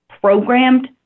programmed